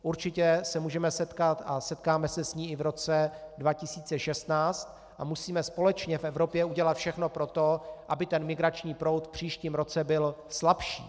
Určitě se můžeme setkat a setkáme se s ní i v roce 2016 a musíme společně v Evropě udělat všechno pro to, aby ten migrační proud v příštím roce byl slabší.